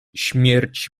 śmierć